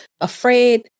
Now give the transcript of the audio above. afraid